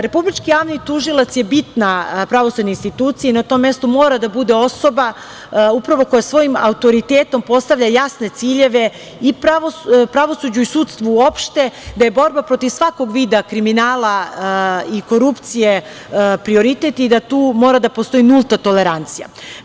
Republički javni tužilac je bitna pravosudna institucija i na tom mestu mora da bude osoba koja svojim autoritetom postavlja jasne ciljeve i u pravosuđu i sudstvu uopšte, da je borba protiv svakog vida kriminala i korupcije prioritet i da tu mora da postoji nulta tolerancija.